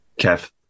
Kev